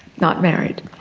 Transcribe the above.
not married.